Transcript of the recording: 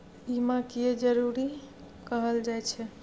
बीमा किये जरूरी कहल जाय छै?